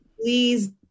Please